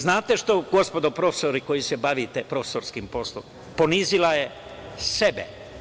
Znate šta gospodo profesori, koji se bavite profesorskim poslom, ponizila je sebe.